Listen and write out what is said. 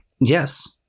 Yes